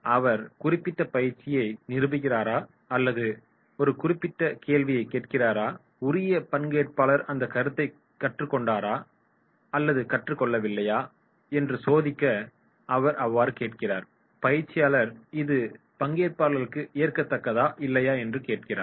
அவர் குறிப்பிட்ட பயிற்சியை நிரூபிக்கிறாரா அல்லது ஒரு குறிப்பிட்ட கேள்வியைக் கேட்கிறாராரா உரிய பங்கேற்பாளர் அந்தக் கருத்தை கற்றுக் கொண்டாரா அல்லது கற்றுக் கொள்ளவில்லையா என்று சோதிக்க அவர் அவ்வாறு கேட்கிறார் பயிற்சியாளர் இது பங்கேற்பாளர்ககளுக்கு ஏற்கத்தக்கதா இல்லையா என்று கேட்கிறார்